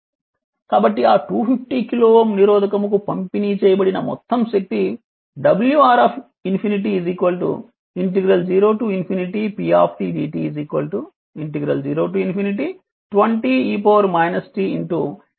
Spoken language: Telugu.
కాబట్టి ఆ 250 KΩ నిరోధకముకు పంపిణీ చేయబడిన మొత్తం శక్తి wR ∞ 0p dt